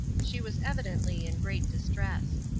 she was evidently in great distress.